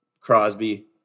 Crosby